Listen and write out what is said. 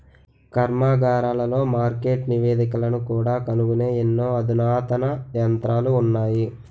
కర్మాగారాలలో మార్కెట్ నివేదికలను కూడా కనుగొనే ఎన్నో అధునాతన యంత్రాలు ఉన్నాయి